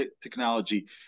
technology